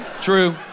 True